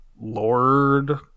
lord